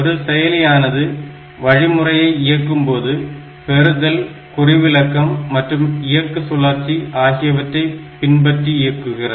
ஒரு செயலியானது வழிமுறையை இயக்கும்போது பெறுதல் குறிவிலக்கம் மற்றும் இயக்க சுழற்சி ஆகியவற்றை பின்பற்றி இயக்குகிறது